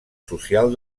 social